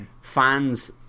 fans